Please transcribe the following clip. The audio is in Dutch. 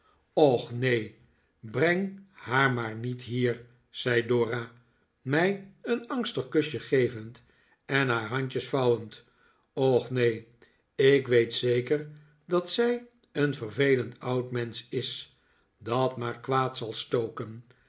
och neen breng haar maar niet hier zei dora mij een angstig kusje gevend en haar handjes vouwend och neen ik weet zeker dat zij een vervelend oud mensch is dat maar kwaad zal stoken